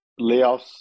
layoffs